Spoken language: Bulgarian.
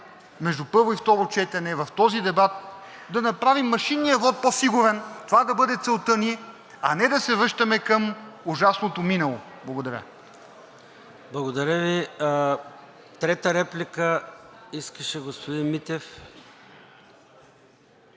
между първо и второ четене в този дебат да направим машинния вот по-сигурен, това да бъде целта ни, а не да се връщаме към ужасното минало. Благодаря. ПРЕДСЕДАТЕЛ ЙОРДАН ЦОНЕВ: Благодаря Ви. Трета реплика искаше господин Митев.